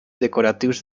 decoratius